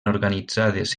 organitzades